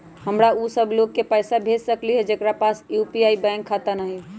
हम उ सब लोग के पैसा भेज सकली ह जेकरा पास यू.पी.आई बैंक खाता न हई?